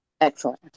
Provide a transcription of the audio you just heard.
Excellent